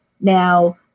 Now